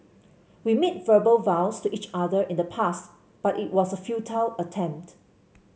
we made verbal vows to each other in the past but it was a futile attempt